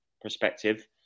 perspective